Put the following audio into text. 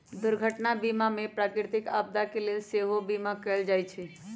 दुर्घटना बीमा में प्राकृतिक आपदा के लेल सेहो बिमा कएल जाइ छइ